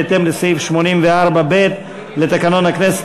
בהתאם לסעיף 84(ב) לתקנון הכנסת,